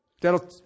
that'll